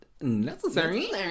Necessary